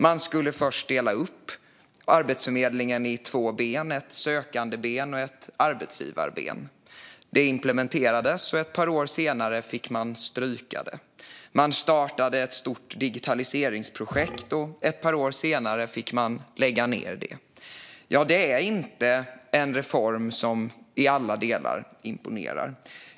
Man skulle först dela upp Arbetsförmedlingen i två ben, ett ben för sökande och ett ben för arbetsgivare. Det implementerades, och ett par år senare fick man stryka det. Man startade ett stort digitaliseringsprojekt, och ett par år senare fick man lägga ned det. Ja, det är inte en reform som i alla delar imponerar.